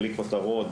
בלי כותרות,